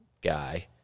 Guy